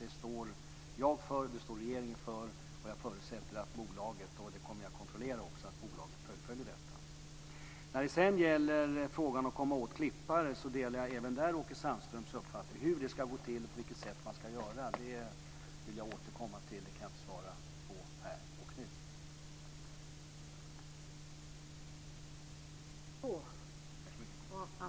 Det står jag och regeringen för, och jag förutsätter att bolaget fullföljer detta, vilket jag också kommer att kontrollera. Jag delar även Åke Sandströms uppfattning i frågan om att komma åt klippare.